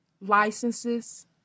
licenses